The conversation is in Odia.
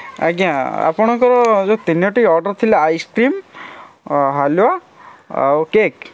ଆଜ୍ଞା ଆପଣଙ୍କର ଯେଉଁ ତିନୋଟି ଅର୍ଡ଼ର୍ ଥିଲା ଆଇସକ୍ରିମ୍ ହାଲୁଆ ଆଉ କେକ୍